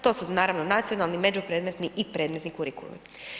To su naravno, nacionalni, međupredmetni i predmetni kurikulum.